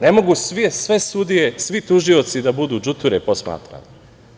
Ne mogu sve sudije, svi tužioci da budu đuture posmatrani.